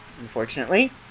Unfortunately